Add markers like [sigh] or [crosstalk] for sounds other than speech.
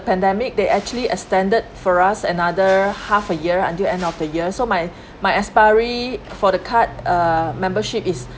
pandemic they actually extended for us another half a year until end of the year so my [breath] my expiry for the card uh membership is